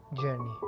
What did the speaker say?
Journey